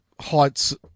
heights